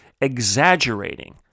exaggerating